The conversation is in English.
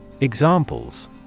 Examples